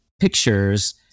pictures